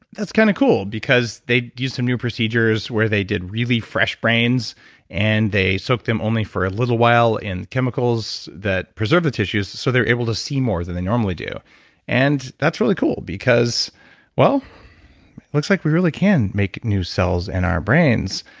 that's kind of cool because they used some new procedures where they did really fresh brains and they soaked them only for a little while in chemicals that preserve the tissues so they're able to see more than they normally do and that's really cool because well, it looks like we really can make new cells in our brains,